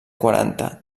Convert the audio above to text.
quaranta